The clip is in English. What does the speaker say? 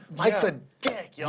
mike's a dick, y'all.